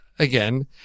Again